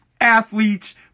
athletes